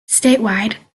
statewide